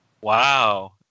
Wow